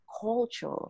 culture